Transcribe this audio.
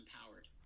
empowered